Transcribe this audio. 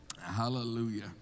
Hallelujah